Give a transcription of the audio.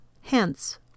Hence